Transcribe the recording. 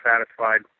satisfied